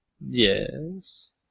Yes